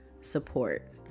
support